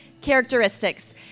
characteristics